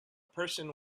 person